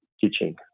teaching